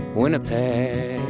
Winnipeg